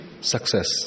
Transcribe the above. success